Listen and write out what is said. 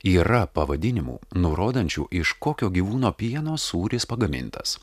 yra pavadinimų nurodančių iš kokio gyvūno pieno sūris pagamintas